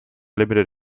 limited